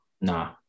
Nah